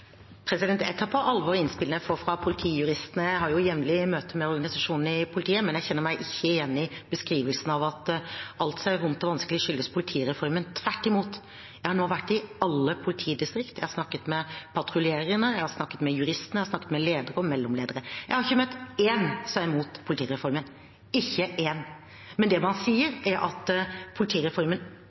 Jeg tar på alvor innspillene jeg får fra politijuristene. Jeg har jevnlig møte med organisasjonene i politiet, men jeg kjenner meg ikke igjen i beskrivelsen av at alt som er vondt og vanskelig, skyldes politireformen. Tvert imot, jeg har nå vært i alle politidistrikt. Jeg har snakket med patruljerende. Jeg har snakket med juristene. Jeg har snakket med ledere og mellomledere. Jeg har ikke møtt én som er imot politireformen, ikke én, men det man sier, er at politireformen